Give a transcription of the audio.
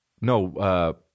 No